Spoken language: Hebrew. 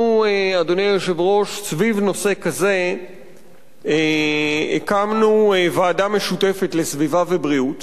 אנחנו סביב נושא כזה הקמנו ועדה משותפת לסביבה ובריאות.